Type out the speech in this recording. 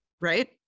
right